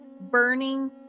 burning